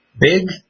Big